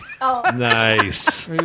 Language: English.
Nice